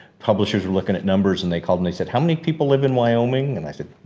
publishers were looking at numbers and they called me. they said, how many people live in wyoming? and i said,